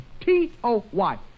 t-o-y